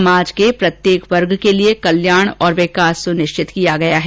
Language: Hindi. समाज के प्रत्येक वर्ग के लिए कल्याण और विकास सुनिश्चित किया गया है